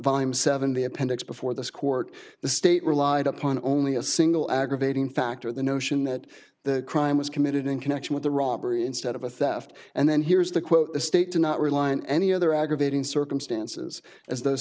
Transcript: volume seven the appendix before this court the state relied upon only a single aggravating factor the notion that the crime was committed in connection with a robbery instead of a theft and then here's the quote the state did not rely on any other aggravating circumstances as those